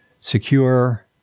secure